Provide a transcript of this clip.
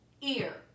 ear